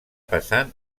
passant